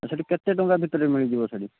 ସେହିଠି କେତେ ଟଙ୍କା ଭିତରେ ମିଳିଯିବ ଶାଢ଼ୀ